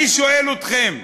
אני שואל אתכם: